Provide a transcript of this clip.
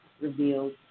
revealed